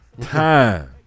time